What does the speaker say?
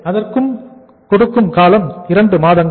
ஆகவே அதற்கு கொடுக்கும் காலம் இரண்டு மாதங்கள்